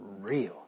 real